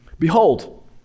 Behold